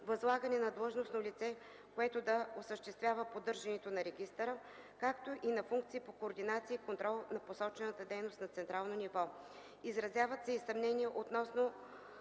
възлагане на длъжностно лице, което да осъществява поддържането на регистъра, както и на функции по координация и контрол на посочената дейност на централно ниво. Изразяват се и съмнения относно